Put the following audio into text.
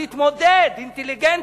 תתמודדו, אינטליגנטים,